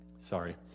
sorry